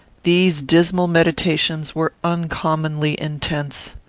these dismal meditations were uncommonly intense.